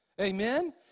Amen